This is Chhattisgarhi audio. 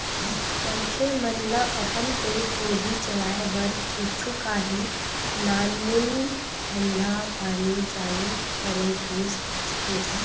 मनखे मन ल अपन पेट रोजी चलाय बर कुछु काही नानमून धंधा पानी चालू करे के सोचथे